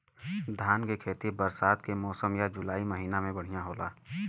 धान के खेती बरसात के मौसम या जुलाई महीना में बढ़ियां होला?